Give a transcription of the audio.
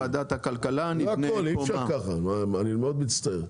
אי-אפשר להמשיך ככה, אני מאוד מצטער.